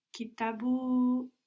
Kitabu